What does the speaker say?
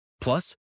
Plus